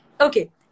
Okay